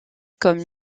comme